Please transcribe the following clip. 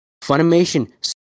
Funimation